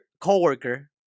coworker